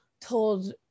told